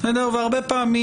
והרבה פעמים,